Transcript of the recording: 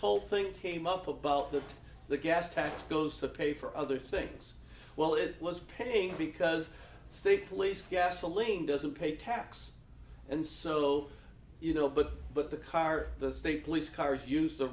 whole thing came up about that the gas tax goes to pay for other things well it was paying because state police gasoline doesn't pay tax and so you know but but the car the state police cars use the